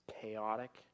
chaotic